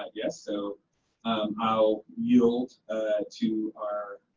ah yes, so i'll yield to our